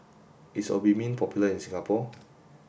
is Obimin popular in Singapore